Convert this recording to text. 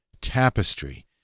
Tapestry